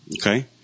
Okay